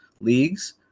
leagues